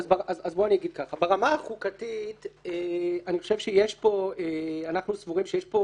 אני אגיד כך: ברמה החוקתית אנחנו סבורים שיש פה